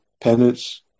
penance